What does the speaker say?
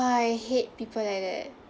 !wah! I hate people like that